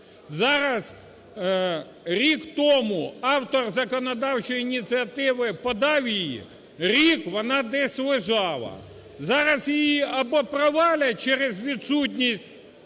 Зараз... рік тому автор законодавчої ініціативи подав її, рік вона десь лежала. Зараз її або провалять через відсутність